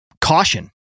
caution